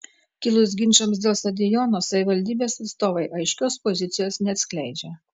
kilus ginčams dėl stadiono savivaldybės atstovai aiškios pozicijos neatskleidžia